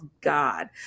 God